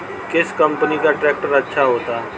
किस कंपनी का ट्रैक्टर अच्छा होता है?